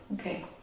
Okay